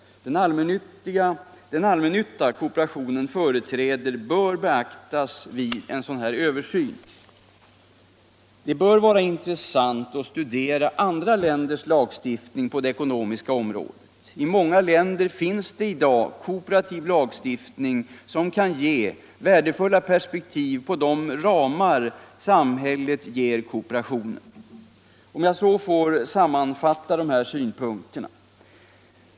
Den allmännytta kooperationen företräder bör beaktas vid en sådan översyn. Det bör vara intressant att studera andra länders lagstiftning på det ekonomiska området. I många länder finns det i dag kooperativ lagstiftning som kan lämna värdefulla perspektiv på de ramar samhället ger kooperationen. Jag vill så sammanfatta de här synpunkterna.